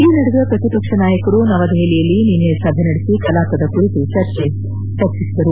ಈ ನಡುವೆ ಪ್ರತಿಪಕ್ಷ ನಾಯಕರು ನವದೆಹಲಿಯಲ್ಲಿ ನಿನ್ನೆ ಸಭೆ ನಡೆಸಿ ಕಲಾಪದ ಕುರಿತು ಚರ್ಚಿಸಿದರು